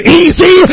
easy